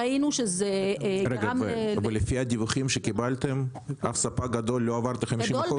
ראינו שזה גרם --- לפי הדיווחים שקיבלתם אף ספק גדול לא עבר 50%?